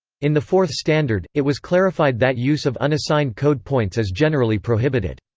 in the fourth standard, it was clarified that use of unassigned code points is generally prohibited.